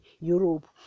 Europe